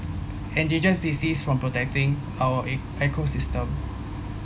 endangered species from protecting our e~ ecosystem